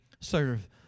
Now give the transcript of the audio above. serve